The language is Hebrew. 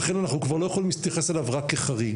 לכן אנחנו כבר לא יכולים להתייחס אליו רק כחריג.